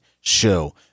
show